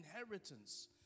inheritance